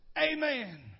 Amen